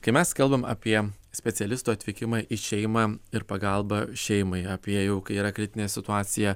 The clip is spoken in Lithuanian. kai mes kalbam apie specialistų atvykimą į šeimą ir pagalbą šeimai apie jau kai yra kritinė situacija